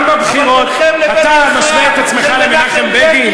אתה משווה את עצמך למנחם בגין?